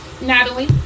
Natalie